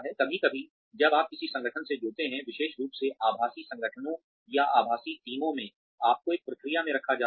कभी कभी जब आप किसी संगठन से जुड़ते हैं विशेष रूप से आभासी संगठनों या आभासी टीमों में आपको एक प्रक्रिया में रखा जाता है